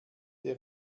der